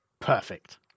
Perfect